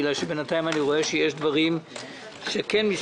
כי בינתיים אני רואה שיש דברים שכן מסתדרים